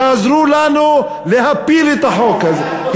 יעזרו לנו להפיל את החוק הזה.